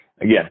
again